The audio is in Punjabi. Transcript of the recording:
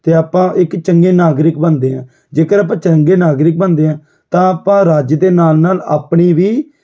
ਅਤੇ ਆਪਾਂ ਇੱਕ ਚੰਗੇ ਨਾਗਰਿਕ ਬਣਦੇ ਹਾਂ ਜੇਕਰ ਆਪਾਂ ਚੰਗੇ ਨਾਗਰਿਕ ਬਣਦੇ ਹਾਂ ਤਾਂ ਆਪਾਂ ਰੱਜ ਦੇ ਨਾਲ ਨਾਲ ਆਪਣੀ ਵੀ